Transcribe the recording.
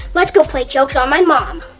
let's go play jokes on my mom.